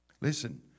Listen